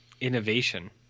Innovation